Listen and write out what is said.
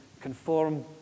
conform